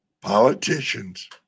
politicians